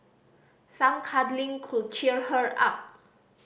some cuddling could cheer her up